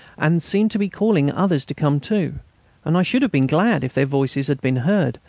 and seemed to be calling others to come too and i should have been glad if their voices had been heard,